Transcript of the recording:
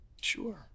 Sure